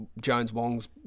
Jones-Wong's